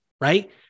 right